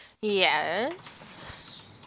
Yes